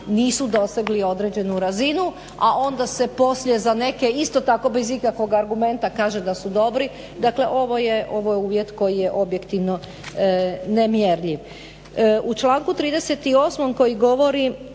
nisu dosegli određenu razinu, a onda se poslije za neke isto tako bez ikakvog argumenta kaže da su dobri. Dakle, ovo je uvjet koji je objektivno nemjerljiv. U članku 38. koji govori